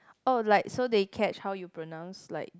oh like so they catch how you pronounce like